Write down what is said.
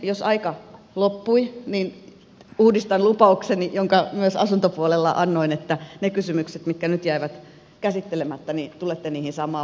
jos aika loppui niin uudistan lupaukseni jonka myös asuntopuolella annoin että niihin kysymyksiin mitkä nyt jäivät käsittelemättä tulette saamaan vastaukset